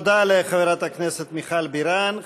תודה לחברת הכנסת מיכל בירן.